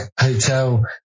hotel